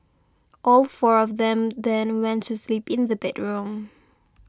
all four of them then went to sleep in the bedroom